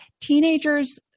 teenagers